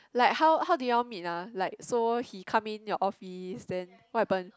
like how how did you all meet ah like so he come in your office then what happen